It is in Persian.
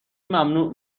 ممنوع